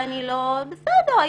בסדר,